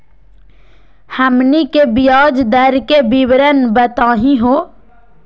हमनी के ब्याज दर के विवरण बताही हो?